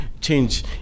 change